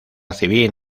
civil